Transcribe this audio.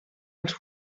als